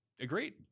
Agreed